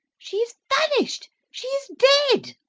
she is vanished she is dead.